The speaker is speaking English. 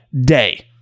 day